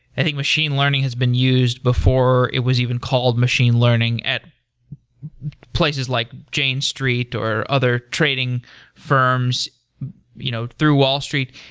i think machine learning has been used before it was even called machine learning at places like jane street, or other trading firms you know through wall street.